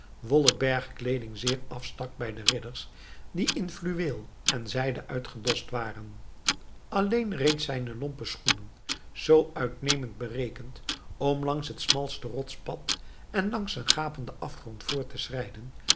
wollen bergkleeding zeer afstak bij de ridders die in fluweel en zijde uitgedost waren alleen reeds zijne lompe schoenen zoo uitnemend berekend om langs het smalste rotspad en langs een gapenden afgrond voort te